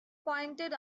pointed